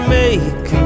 make